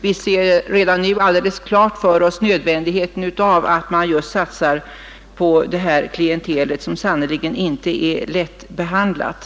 Vi ser redan nu alldeles klart för oss nödvändigheten av att man satsar på detta klientel, som sannerligen inte är lättbehandlat.